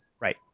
right